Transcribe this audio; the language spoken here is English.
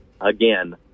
Again